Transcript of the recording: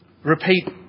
repeat